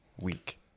week